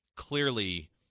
clearly